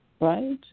right